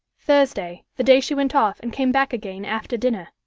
thursday the day she went off and came back again after dinner